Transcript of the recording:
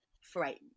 frightened